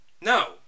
No